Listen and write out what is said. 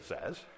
says